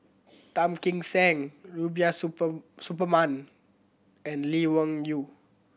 Tan Kim Seng Rubiah Super Suparman and Lee Wung Yew